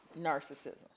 narcissism